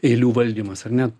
eilių valdymas ar ne